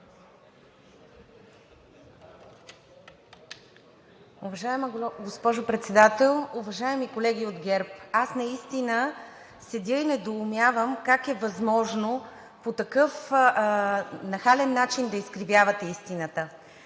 Уважаема госпожо Председател! Уважаеми колеги от ГЕРБ, аз наистина седя и недоумявам как е възможно по такъв нахален начин да изкривявате истината?!